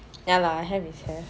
ya lah have is have